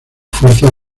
fuerzas